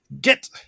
get